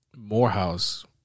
Morehouse